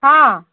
ହଁ